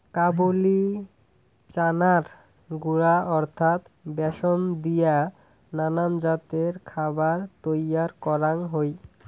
কাবুলি চানার গুঁড়া অর্থাৎ ব্যাসন দিয়া নানান জাতের খাবার তৈয়ার করাং হই